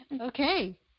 Okay